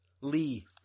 Lee